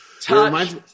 Touch